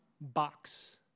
Box